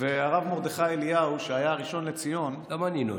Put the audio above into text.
והרב מרדכי אליהו שהיה הראשון לציון --- למה נינו?